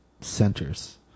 centers